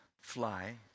fly